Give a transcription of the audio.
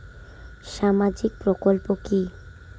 সামাজিক প্রকল্প কি?